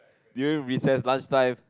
during recess lunch time